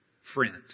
friend